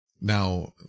Now